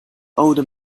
old